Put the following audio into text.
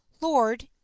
lord